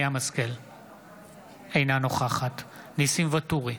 אינה נוכחת ניסים ואטורי,